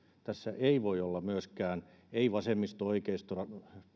tässä ei voi olla myöskään vasemmisto oikeisto